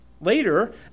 Later